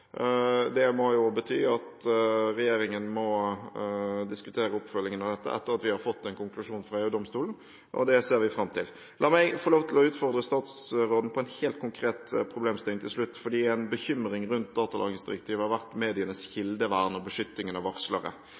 Det må bety at regjeringen må diskutere oppfølgingen av dette etter at vi har fått en konklusjon fra EU-domstolen, og det ser vi fram til. La meg til slutt utfordre statsråden på en helt konkret problemstilling, fordi en bekymring rundt datalagringsdirektivet har vært medienes kildevern og beskyttelsen av varslere.